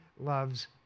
loves